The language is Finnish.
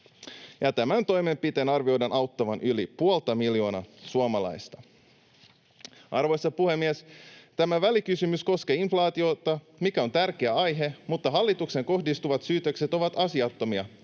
Tämän toimenpiteen arvioidaan auttavan yli puolta miljoonaa suomalaista. Arvoisa puhemies! Tämä välikysymys koskee inflaatiota, mikä on tärkeä aihe, mutta hallitukseen kohdistuvat syytökset ovat asiattomia.